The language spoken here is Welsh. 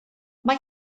mae